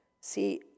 See